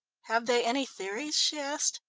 have they any theories? she asked.